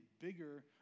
bigger